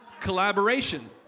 collaboration